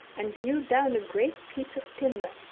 and hewed down a great piece of timber,